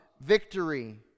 victory